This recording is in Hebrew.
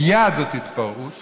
מייד זאת התפרעות,